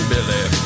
Billy